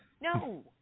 no